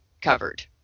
covered